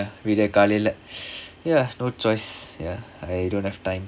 ya விடிய காலைல:vidiya kaalaila ya no choice ya I don't have time